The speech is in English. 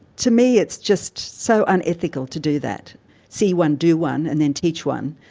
to me it's just so unethical to do that see one, do one, and then teach one.